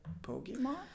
Pokemon